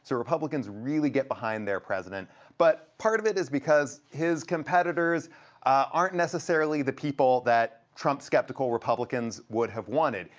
so republicans really get behind the president but part of it is because his competitors aren't necessarily the people that trump's skeptical republicans would have wanted.